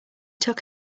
took